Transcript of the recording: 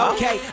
Okay